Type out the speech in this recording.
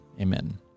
Amen